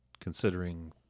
Considering